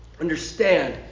understand